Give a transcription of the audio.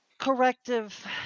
corrective